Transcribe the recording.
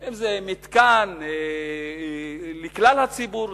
אם זה מתקן לכלל הציבור,